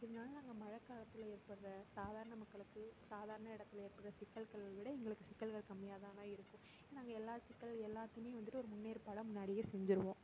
இருந்தாலும் நாங்கள் மழை காலத்தில் ஏற்படுற சாதாரண மக்களுக்கு சாதாரண இடத்துல ஏற்படுற சிக்கல்கள் விட எங்களுக்கு சிக்கல்கள் கம்மியாக தான் இருக்கு நாங்கள் எல்லா சிக்கல்கள் எல்லாத்தையுமே வந்துவிட்டு ஒரு முன்னேற்பாடாக முன்னாடியே செஞ்சிடுவோம்